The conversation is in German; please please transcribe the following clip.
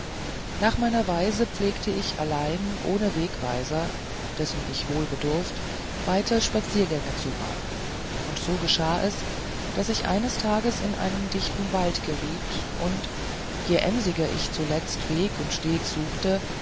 nach meiner weise pflegte ich allein ohne wegweiser dessen ich wohl bedurft weite spaziergänge zu wagen und so geschah es daß ich eines tages in einen dichten wald geriet und je emsiger ich zuletzt weg und steg suchte